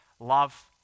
Love